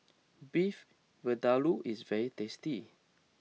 Beef Vindaloo is very tasty